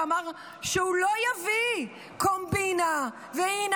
שאמר שהוא לא יביא קומבינה והינה,